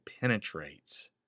penetrates